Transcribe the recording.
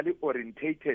orientated